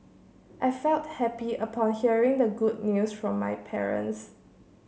I felt happy upon hearing the good news from my parents